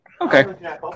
Okay